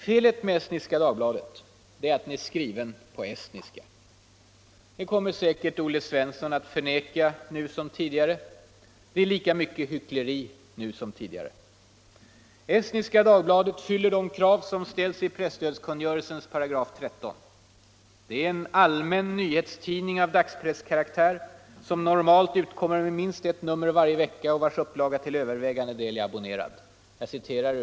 Felet med Estniska Dagbladet är att den är skriven på estniska. Det kommer säkert herr Svensson i Eskilstuna att förneka nu som tidigare. Det är lika mycket hyckleri nu som tidigare. Estniska Dagbladet fyller de krav som ställs i presstödskungörelsen § 13: den är en ”allmän nyhetstidning av dagspresskaraktär som normalt utkommer med minst ett nummer varje vecka och vars upplaga till övervägande del inte är abon nerad”.